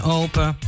open